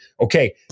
okay